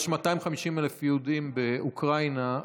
יש 250,000 יהודים באוקראינה,